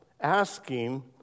asking